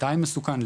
מתי מסוכן,